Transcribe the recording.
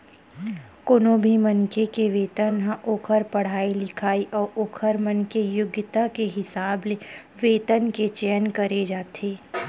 कोनो भी मनखे के वेतन ह ओखर पड़हाई लिखई अउ ओखर मन के योग्यता के हिसाब ले वेतन के चयन करे जाथे